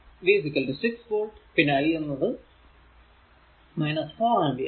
V 6 volt പിന്നെ I എന്നത് 4 ampere